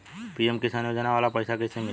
PM किसान योजना वाला पैसा कईसे मिली?